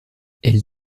elle